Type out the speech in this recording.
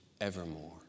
evermore